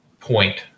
point